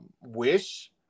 wish